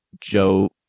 Joe